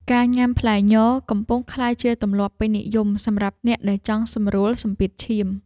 ការញ៉ាំផ្លែញ កំពុងក្លាយជាទម្លាប់ពេញនិយមសម្រាប់អ្នកដែលចង់សម្រួលសម្ពាធឈាម។